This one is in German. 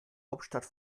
hauptstadt